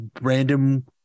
random